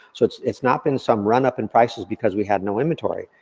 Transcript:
so it's it's not been some run up in prices, because we had no inventory.